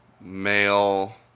male